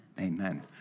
Amen